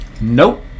nope